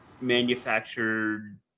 manufactured